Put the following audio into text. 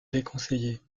déconseillée